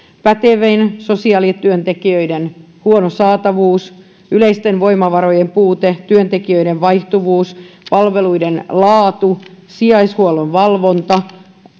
pätevien sosiaalityöntekijöiden huono saatavuus yleisten voimavarojen puute työntekijöiden vaihtuvuus palveluiden laatu sijaishuollon valvonta